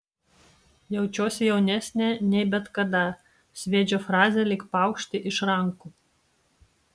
jaučiuosi jaunesnė nei bet kada sviedžia frazę lyg paukštį iš rankų